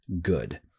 good